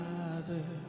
Father